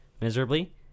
miserably